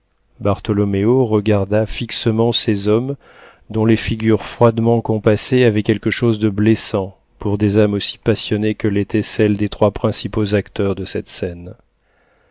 bartholoméo regarda fixement ces hommes dont les figures froidement compassées avaient quelque chose de blessant pour des âmes aussi passionnées que l'étaient celles des trois principaux acteurs de cette scène